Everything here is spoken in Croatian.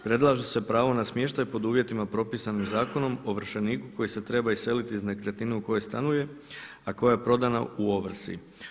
Predlaže se pravo na smještaj pod uvjetima propisanih zakonom ovršeniku koji se treba iseliti iz nekretnine u kojoj stanuje, a koja je prodana u ovrsi.